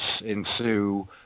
ensue